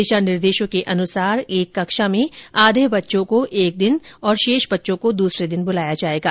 दिशा निर्देशों के अनुसार एक कक्षा में आधे बच्चों को एक दिन शेष बच्चों को दूसरे दिन बुलाया जायेगा